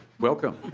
welcome.